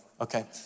okay